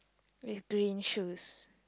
with green shoes